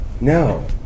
No